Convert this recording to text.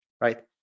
right